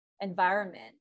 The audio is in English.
environment